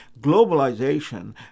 Globalization